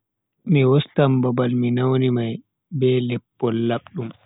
Mi wostan babal mi nauni mai be leppol labdum.